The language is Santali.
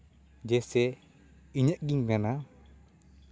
ᱡᱮ ᱥᱮ ᱤᱧᱟᱹᱜ ᱜᱤᱧ ᱢᱮᱱᱟ